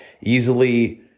easily